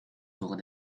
door